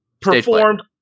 Performed